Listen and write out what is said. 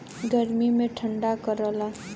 गर्मी मे ठंडा करला